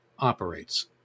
operates